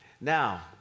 Now